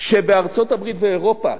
כשבארצות-הברית ואירופה